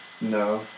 No